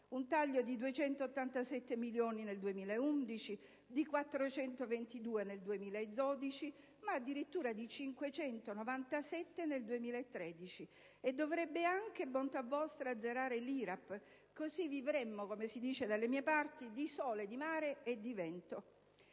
un taglio di 287 milioni nel 2011, di 422 nel 2012 e addirittura di 597 nel 2013; e dovrebbe anche, bontà vostra, azzerare l'IRAP? Così vivremmo, come si dice dalle mie parti, di sole, di mare e di vento.